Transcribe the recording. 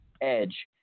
edge